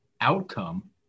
outcome